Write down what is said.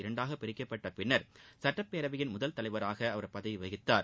இரண்டாக பிரிக்கப்பட்ட பின்னர் சுட்டப் பேரவையின் முதல் தலைவராக அவர் பதவி வகித்தார்